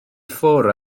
ffwrdd